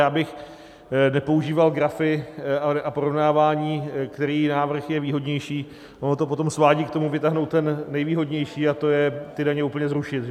Já bych nepoužíval grafy a porovnávání, který návrh je výhodnější, ono to potom svádí k tomu vytáhnout ten nejvýhodnější a to je ty daně úplně zrušit, že?